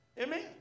Amen